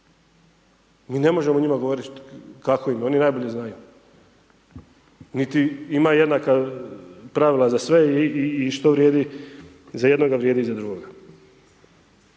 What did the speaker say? Mi ne možemo njima govoriti kako im je, oni najbolje znaju, niti ima jednaka pravila za sve i što vrijedi za jednoga, vrijedi za drugoga.